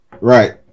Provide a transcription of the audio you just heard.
right